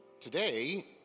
today